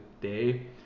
day